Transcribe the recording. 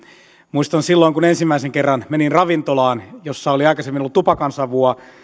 muistan että kun silloin ensimmäisen kerran menin ravintolaan jossa oli aikaisemmin ollut tupakansavua